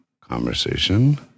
conversation